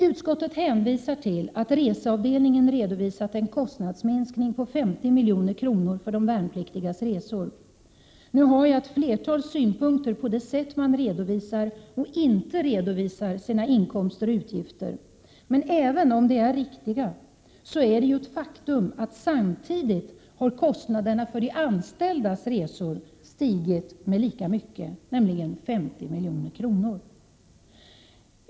Utskottet hänvisar till att reseavdelningen har redovisat en kostnadsminskning på 50 milj.kr. för de värnpliktigas resor. Nu har jag ett flertal synpunkter på utskottets sätt att redovisa, och inte redovisa, sina inkomster och utgifter, men även om det vore riktigt är det ett faktum att kostnaderna för de anställdas resor samtidigt har stigit lika mycket, nämligen med 50 milj.kr.